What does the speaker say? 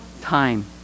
time